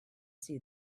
see